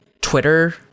twitter